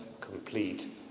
complete